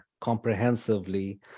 comprehensively